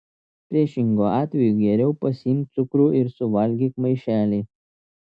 priešingu atveju geriau pasiimk cukrų ir suvalgyk maišelį